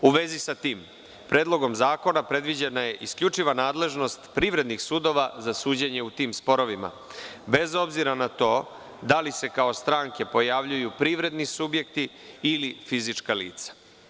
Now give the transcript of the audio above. U vezi sa tim, predlogom zakona predviđena je isključiva nadležnost privrednih sudova za suđenje u tim sporovima, bez obzira na to da li se kao stranke pojavljuju privredni subjekti ili fizička lica.